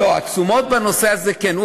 התשומות, לא, התשומות בנושא הזה כן.